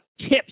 tips